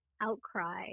outcry